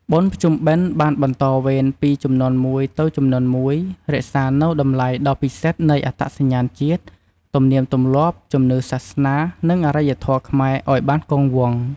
បុណ្យភ្ជុំបិណ្ឌបានបន្តវេនពីជំនាន់មួយទៅជំនាន់មួយ រក្សានូវតម្លៃដ៏ពិសិដ្ឋនៃអត្តសញ្ញាណជាតិ ទំនៀមទម្លាប់ ជំនឿសាសនា និងអរិយធម៌ខ្មែរឲ្យបានគង់វង្ស។